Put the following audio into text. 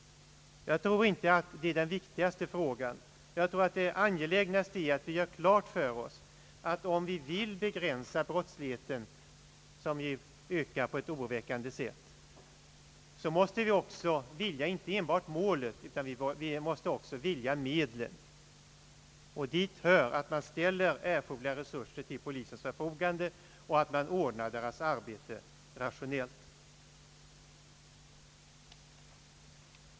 Jag tror dock inte att detta är den viktigaste frågan. Det angelägnaste är att vi gör klart för oss att om vi vill begränsa brottsligheten, som ju ökar på ett oroväckande sätt, måste vi välja inte enbart målet utan också medlet, och dit hör att man ställer erforderliga resurser till polisens förfogande och att man ordnar arbetet rationellt.